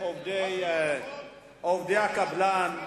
עובדי הקבלן,